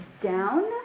down